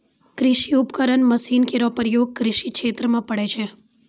कृषि उपकरण मसीन केरो प्रयोग कृषि क्षेत्र म पड़ै छै